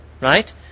right